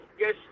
yes